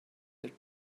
their